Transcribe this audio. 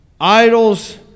Idols